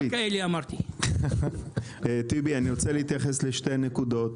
אני רוצה להתייחס לשתי נקודות.